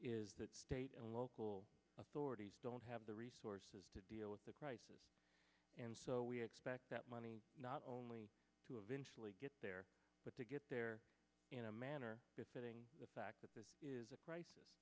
is that state and local authorities don't have the resources to deal with the crisis and so we expect that money not only to eventually get there but to get there in a manner befitting the fact that this is a crisis